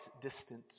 distant